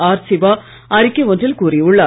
R Siva அறிக்கை ஒன்றில் கூறியுள்ளார்